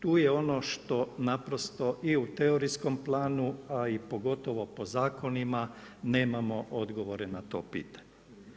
Tu je ono što naprosto i u teorijskom planu a i pogotovo po zakonima nemamo odgovore na to pitanje.